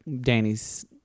Danny's